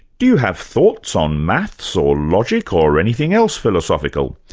do you have thoughts on maths or logic, or anything else philosophical?